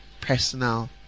personal